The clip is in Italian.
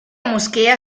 moschea